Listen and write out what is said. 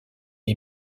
est